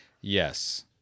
Yes